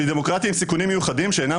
אבל בדמוקרטיה יש סיכונים מיוחדים שאינם